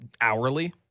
hourly